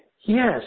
Yes